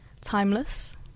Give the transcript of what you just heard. Timeless